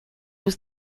was